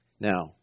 Now